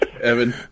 Evan